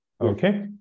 Okay